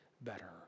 better